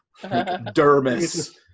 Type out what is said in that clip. dermis